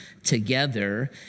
Together